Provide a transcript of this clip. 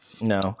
No